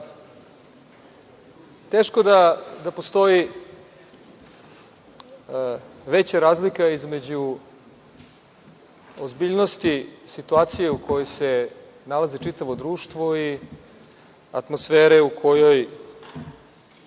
teško da postoji veća razlika između ozbiljnosti situacije u kojoj se nalazi čitavo društvo i atmosfere u kojoj